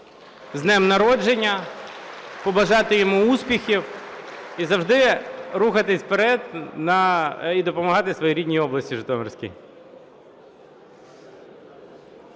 з днем народження. (Оплески) Побажати йому успіхів і завжди рухатися вперед і допомагати своїй рідній області Житомирській.